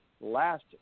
last